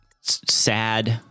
sad